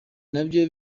navyo